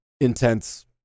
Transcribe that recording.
intense